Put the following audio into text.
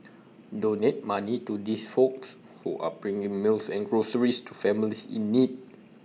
donate money to these folks who are bringing meals and groceries to families in need